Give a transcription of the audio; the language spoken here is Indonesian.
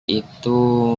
itu